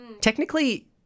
technically